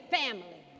family